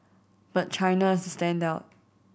but China is the standout